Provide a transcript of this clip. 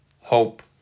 hope